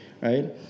right